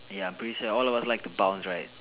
ya I'm pretty sure all of us like to bounce right